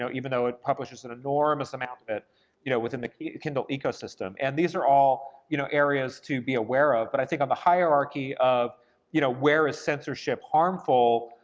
even though it publishes an enormous amount of it you know within the kindle ecosystem, and these are all you know areas to be aware of, but i think on the hierarchy of you know where is censorship harmful,